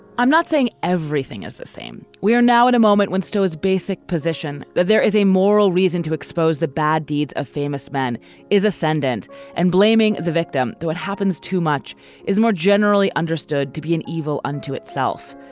i'm not saying everything is the same. we are now at a moment when stow's basic position that there is a moral reason to expose the bad deeds of famous men is ascendant and blaming the victim. what happens too much is more generally understood to be an evil unto itself.